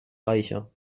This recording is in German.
reicher